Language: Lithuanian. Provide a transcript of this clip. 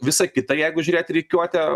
visą kitą jeigu žiūrėt rikiuotę